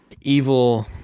evil